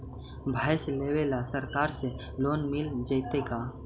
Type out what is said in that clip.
भैंस लेबे ल सरकार से लोन मिल जइतै का?